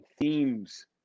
themes